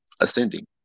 ascending